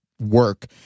work